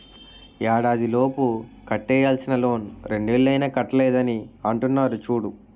ఏడాదిలోపు కట్టేయాల్సిన లోన్ రెండేళ్ళు అయినా కట్టలేదని అంటున్నారు చూడు